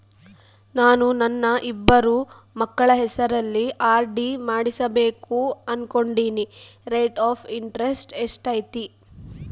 ನಾನು ನನ್ನ ಇಬ್ಬರು ಮಕ್ಕಳ ಹೆಸರಲ್ಲಿ ಆರ್.ಡಿ ಮಾಡಿಸಬೇಕು ಅನುಕೊಂಡಿನಿ ರೇಟ್ ಆಫ್ ಇಂಟರೆಸ್ಟ್ ಎಷ್ಟೈತಿ?